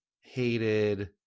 hated